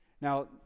Now